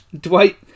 Dwight